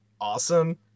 awesome